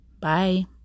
Bye